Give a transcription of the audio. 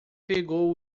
pegou